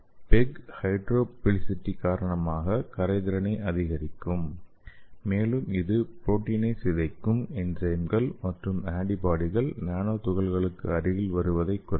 PEG hydrophilicity காரணமாக கரைதிறனை அதிகரிக்கும் மேலும் இது புரோட்டீனை சிதைக்கும் என்சைம்கள் மற்றும் ஆன்டிபாடிகள் நானோ துகள்களுக்கு அருகில் வருவதைக் குறைக்கும்